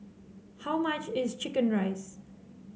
how much is chicken rice